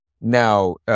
Now